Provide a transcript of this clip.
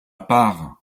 part